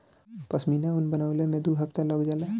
पश्मीना ऊन बनवले में दू हफ्ता लग जाला